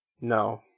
No